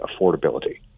affordability